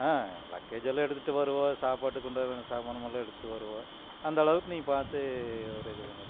ஆ லக்கேஜலாம் எடுத்துட்டு வருவோம் சாப்பாட்டுக்கு உண்டான சாமானுங்கலாம் எடுத்துட்டு வருவோம் அந்த அளவுக்கு நீ பார்த்து ஒரு இது பண்ணிக்குங்க